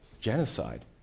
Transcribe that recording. genocide